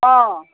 অঁ